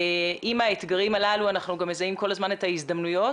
עם האתגרים האלה אנחנו גם מזהים כל הזמן את ההזדמנויות,